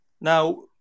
Now